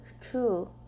true